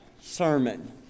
sermon